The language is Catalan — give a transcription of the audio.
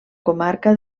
comarca